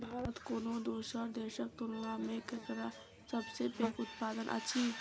भारत कोनो दोसर देसक तुलना मे केराक सबसे पैघ उत्पादक अछि